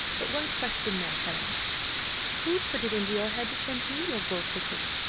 but one question more, helena who put it into your head to send me your gold fishes?